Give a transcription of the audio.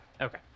Okay